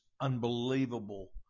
unbelievable